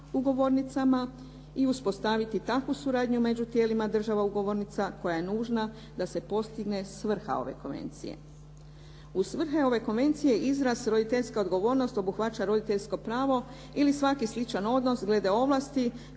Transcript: ugovornicama i uspostaviti takvu suradnju među tijelima država ugovornica koja je nužna da se postigne svrha ove konvencije. U svrhe ove konvencije izraz roditeljska odgovornost obuhvaća roditeljsko pravo ili svaki sličan odnos glede ovlasti